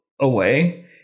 away